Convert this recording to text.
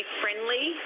friendly